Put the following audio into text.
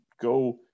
go